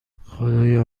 خدایا